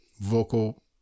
vocal